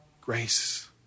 grace